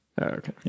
Okay